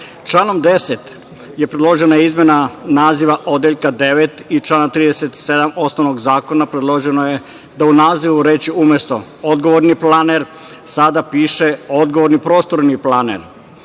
10. je predložena izmena naziva Odeljka 9. i člana 37. osnovnog zakona. Predloženo je da u nazivu reči umesto – odgovorni planer, sada piše – odgovorni prostorni planer.